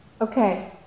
Okay